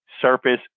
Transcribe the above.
surface